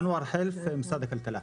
אנואר חילף, משרד הכלכלה.